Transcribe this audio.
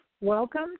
Welcome